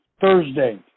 Thursday